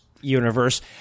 universe